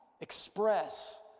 Express